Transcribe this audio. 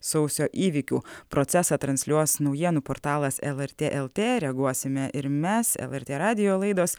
sausio įvykių procesą transliuos naujienų portalas elartė ltė reaguosime ir mes elartė radijo laidos